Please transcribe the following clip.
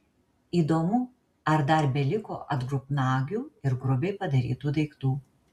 įdomu ar dar beliko atgrubnagių ir grubiai padarytų daiktų